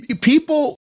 people